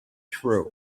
true